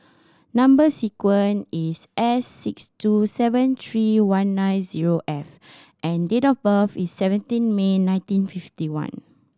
number sequence is S six two seven three one nine zero F and date of birth is seventeen May nineteen fifty one